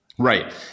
Right